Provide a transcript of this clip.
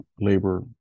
labor